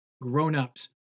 Grownups